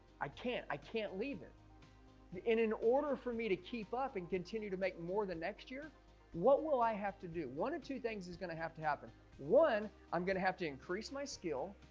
i can't i can't leave it in an order for me to keep up and continue to make more than next year what will i have to do? one of two things is gonna have to happen one. i'm gonna have to increase my skill,